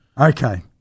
Okay